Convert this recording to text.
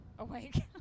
awake